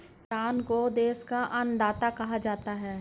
किसान को देश का अन्नदाता कहा जाता है